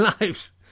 lives